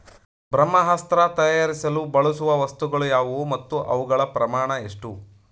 ಬ್ರಹ್ಮಾಸ್ತ್ರ ತಯಾರಿಸಲು ಬಳಸುವ ವಸ್ತುಗಳು ಯಾವುವು ಮತ್ತು ಅವುಗಳ ಪ್ರಮಾಣ ಎಷ್ಟು?